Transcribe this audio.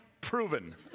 proven